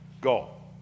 go